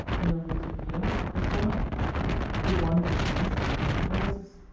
and the roturier has gone up the one descends as the other rises.